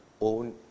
own